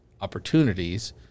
opportunities